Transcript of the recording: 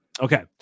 Okay